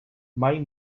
mai